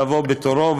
לבוא בתורו,